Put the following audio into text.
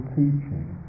teaching